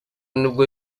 nibwo